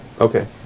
Okay